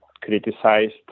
criticized